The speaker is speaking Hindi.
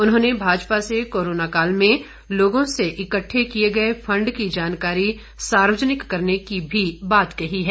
उन्होंने भाजपा से कोरोना काल में लोगों से इक्कठे किए गए फंड की जानकारी सार्वजनिक करने की भी बात कही है